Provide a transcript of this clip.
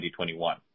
2021